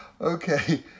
Okay